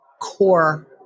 core